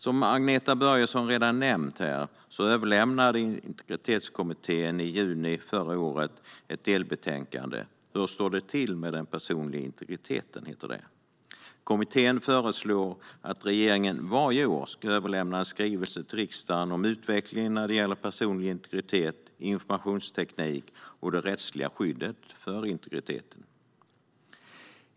Som Agneta Börjesson redan har nämnt överlämnade Integritetskommittén i juni förra året delbetänkandet Hur står det till med den personliga integriteten? Kommittén föreslår att regeringen varje år ska överlämna en skrivelse till riksdagen om utvecklingen när det gäller personlig integritet, informationsteknik och det rättsliga skyddet för integriteten.